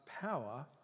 power